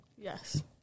Yes